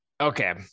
Okay